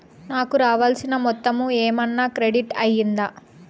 నాకు రావాల్సిన మొత్తము ఏమన్నా క్రెడిట్ అయ్యిందా